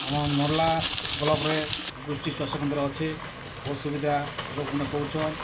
ଆମର୍ ନର୍ଲା ବ୍ଲକ୍ ରେ ଗୋଷ୍ଠୀ ସ୍ଵାସ୍ଥ୍ୟ କେନ୍ଦ୍ର ଅଛେ ବହୁତ୍ ସୁବିଧା ଲୋକ୍ମାନେ ପାଉଛନ୍